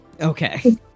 Okay